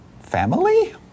family